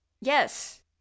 yes